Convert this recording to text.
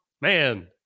man